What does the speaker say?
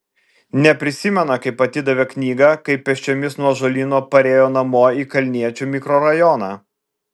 neprisimena kaip atidavė knygą kaip pėsčiomis nuo ąžuolyno parėjo namo į kalniečių mikrorajoną